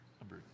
number